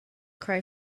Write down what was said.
cry